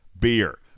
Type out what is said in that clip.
beer